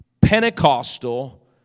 pentecostal